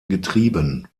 getrieben